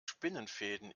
spinnenfäden